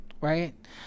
right